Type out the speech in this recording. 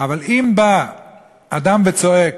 אבל אם בא אדם וצועק,